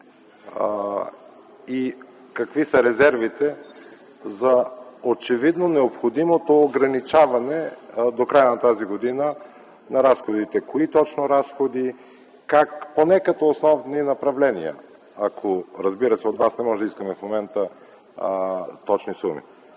Какви са резервите за очевидно необходимото ограничаване до края на тази година на разходите? Кои точно разходи, как – поне като основни направления? Разбира се, от Вас не можем да искаме в момента точни суми.